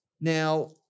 Now